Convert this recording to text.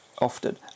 often